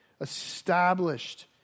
established